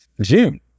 June